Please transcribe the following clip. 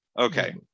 Okay